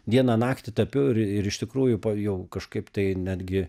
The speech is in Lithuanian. dieną naktį tapiau ir ir iš tikrųjų jau kažkaip tai netgi